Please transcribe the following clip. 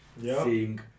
seeing